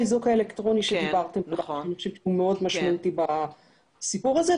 לאיזוק האלקטרוני שדיברתם עליו והוא מאוד משמעותי בסיפור הזה,